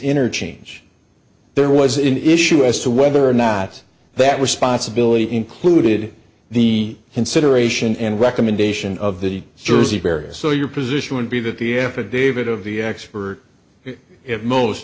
interchange there was an issue as to whether or not that was sponsibility included the consideration and recommendation of the jersey area so your position would be that the affidavit of the expert it most